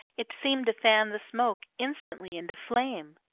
it seemed to fan the smoke instantly into flame.